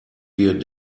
wir